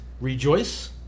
rejoice